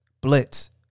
Blitz